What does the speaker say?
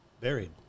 buried